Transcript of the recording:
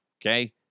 Okay